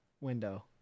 window